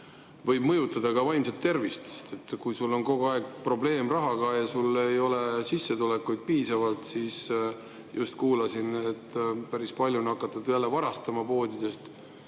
mõjutada vaimset tervist, kui sul on kogu aeg probleeme rahaga ja sul ei ole sissetulekuid piisavalt. Just kuulasin, et päris palju on hakatud jälle varastama poodidest